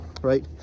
right